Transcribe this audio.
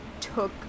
took